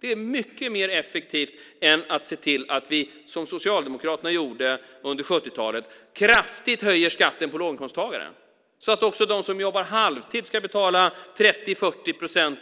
Det är mycket mer effektivt än att se till att vi, som Socialdemokraterna gjorde under 70-talet, kraftigt höjer skatten för låginkomsttagarna så att också de som jobbar halvtid ska betala 30-40 procent